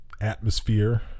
atmosphere